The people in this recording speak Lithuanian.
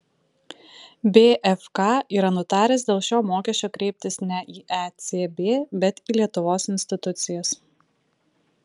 bfk yra nutaręs dėl šio mokesčio kreiptis ne į ecb bet į lietuvos institucijas